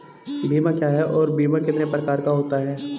बीमा क्या है और बीमा कितने प्रकार का होता है?